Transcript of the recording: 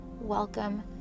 welcome